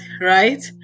right